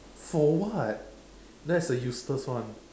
for what that's a useless one